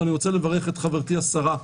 ואני רוצה לברך את חברתי השרה.